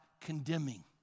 condemning